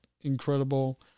incredible